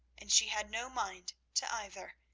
and she had no mind to either,